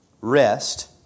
rest